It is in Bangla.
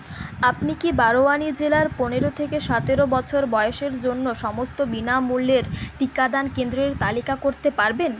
আপনি কি বারওয়ানি জেলার পনেরো থেকে সতেরো বছর বয়সের জন্য সমস্ত বিনামূল্যে র টিকাদান কেন্দ্রের তালিকা করতে পারবেন